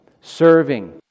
Serving